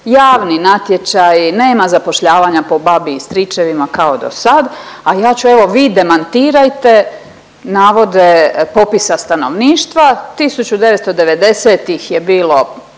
javni natječaji, nema zapošljavanja po babi i stričevima kao do sad. A ja ću evo vi demantirajte navode popisa stanovništva 1990-tih je bilo